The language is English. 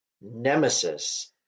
Nemesis